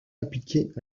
appliquées